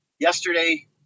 Yesterday